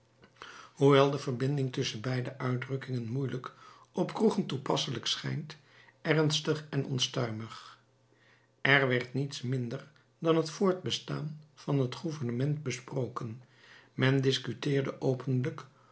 hoewel de verbinding dezer beide uitdrukkingen moeielijk op kroegen toepasselijk schijnt ernstig en onstuimig er werd niets minder dan het voortbestaan van het gouvernement besproken men discuteerde openlijk